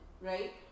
right